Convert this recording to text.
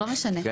לא משנה,